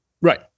Right